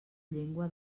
llengua